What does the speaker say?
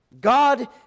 God